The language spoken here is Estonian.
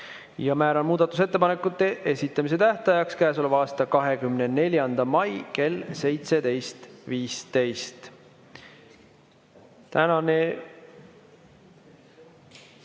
Määran muudatusettepanekute esitamise tähtajaks käesoleva aasta 24. mai kell 17.15. Aitäh!